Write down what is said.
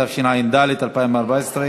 התשע"ד 2014,